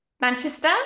Manchester